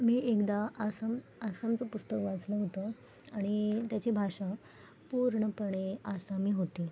मी एकदा आसम आसामचं पुस्तक वाचलं होतं आणि त्याची भाषा पूर्णपणे आसामी होती